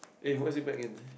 eh why is it bank in